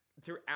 throughout